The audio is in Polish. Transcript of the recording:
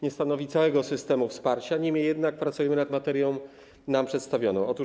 Nie stanowi całego systemu wsparcia, niemniej jednak prace nad tą materią nam przedstawiono.